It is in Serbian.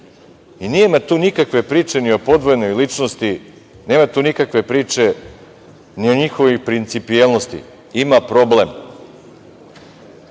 zbunio. Nema tu nikakve priče ni o podvojenoj ličnosti, nema tu nikakve priče ni o njihovoj principijelnosti. Ima problem